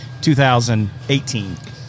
2018